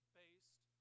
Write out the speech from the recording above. based